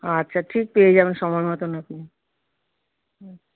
আচ্ছা ঠিক পেয়ে যাবেন সময় মতন আপনি